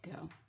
go